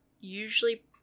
usually